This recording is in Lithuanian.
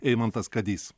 eimantas kadys